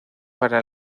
para